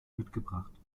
mitgebracht